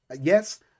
Yes